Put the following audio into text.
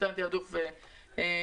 שיינתן תעדוף זהה.